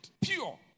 pure